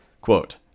quote